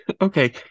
okay